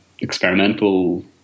experimental